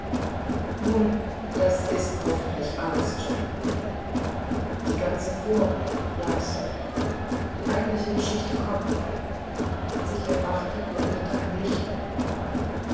nun ist es hoffentlich alles jane die ganze vorrede ja sir die eigentliche geschichte kommt noch als ich erwachte blendete ein licht mein auge